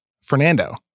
Fernando